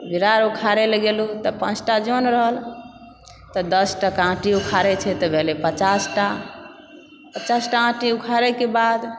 बिरार उखाड़े लऽ गेलुँ तऽ पाँचटा जन रहल तऽ दसटा आँटी उखाड़ै छै तऽ भेलय पचासटा पचासटा आँटी उखाड़यके बाद